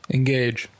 Engage